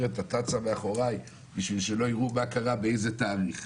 את התצ"א מאחוריי בשביל שלא יראו מה קרה באיזה תאריך.